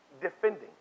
defending